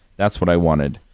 that's what i wanted.